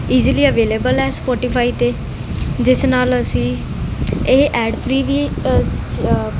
easily available ਹੈ Spotify ਤੇ ਜਿਸ ਨਾਲ ਅਸੀਂ ਇਹ ਐਡ ਫਰੀ ਵੀ